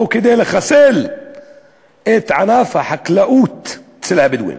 או כדי לחסל את ענף החקלאות אצל הבדואים.